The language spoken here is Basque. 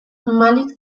malik